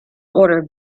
ordered